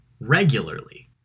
regularly